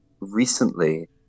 recently